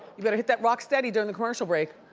you better hit that rocksteady during the commercial break.